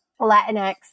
Latinx